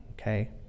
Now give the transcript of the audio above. okay